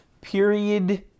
period